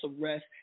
arrest